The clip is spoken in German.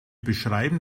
beschreiben